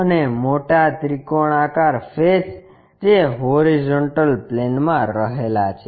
અને મોટા ત્રિકોણાકાર ફેસ જે હોરીઝોન્ટલ પ્લેનમાં રહેલા છે